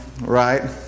right